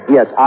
Yes